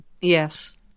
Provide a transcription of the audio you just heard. Yes